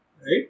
Right